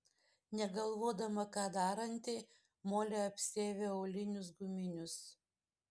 negalvodama ką daranti molė apsiavė aulinius guminius